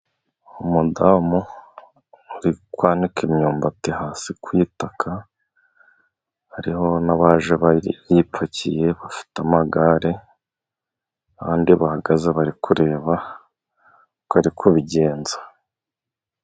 Umudamu uri kwanika imyumbati hasi ku itaka, hariho n'abaje baripakiye bafite amagare, abandi bahagaze bari kureba uko ari kubigenza.